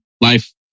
life